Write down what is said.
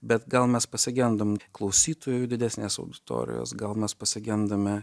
bet gal mes pasigendam klausytojų didesnės auditorijos gal mes pasigendame